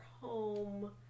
home